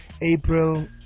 April